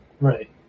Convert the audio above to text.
Right